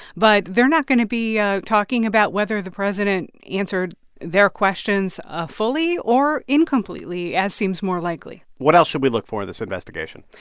but they're not going to be ah talking about whether the president answered their questions ah fully or incompletely, as seems more likely what else should we look for this investigation?